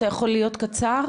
אתה יכול להיות קצר,